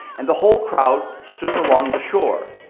and the whole crowd stood along the shore.